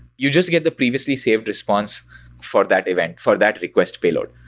you just get the previously saved response for that event, for that request payload.